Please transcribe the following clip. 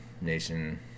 nation